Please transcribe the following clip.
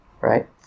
Right